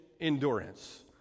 endurance